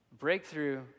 breakthrough